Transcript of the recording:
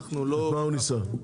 מתי הוא ניסה?